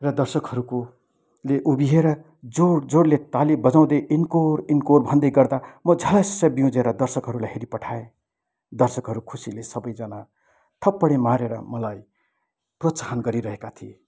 र दर्शकहरूकोले उभिएर जोड जोडले ताली बजाउँदै इन्कोर इन्कोर भन्दै गर्दा म झल्यास्स ब्युँझेर दर्शकहरूलाई हेरिपठाएँ दर्शकहरू खुसीले सबैजना थप्पडी मारेर मलाई प्रोत्साहन गरिरहेका थिए